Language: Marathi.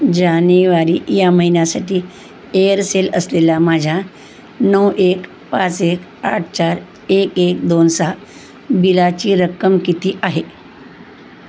जानेवारी या महिन्यासाठी एअरसेल असलेल्या माझ्या नऊ एक पाच एक आठ चार एक एक दोन सहा बिलाची रक्कम किती आहे